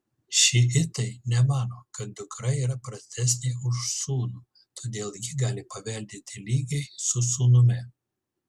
šiitai nemano kad dukra yra prastesnė už sūnų todėl ji gali paveldėti lygiai su sūnumi